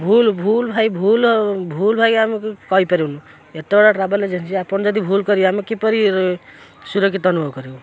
ଭୁଲ୍ ଭୁଲ୍ ଭାଇ ଭୁଲ୍ ଭୁଲ୍ ଭାଇ ଆମେ କହିପାରିବୁନୁ ଏତେ ବଡ଼ ଟ୍ରାଭେଲ୍ ଏଜେନ୍ସି ଆପଣ ଯଦି ଭୁଲ କରିବେ ଆମେ କିପରି ସୁରକ୍ଷିତ ଅନୁଭବ କରିବୁ